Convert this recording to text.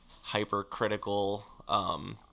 hypercritical